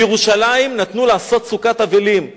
בירושלים נתנו לעשות סוכת אבלים.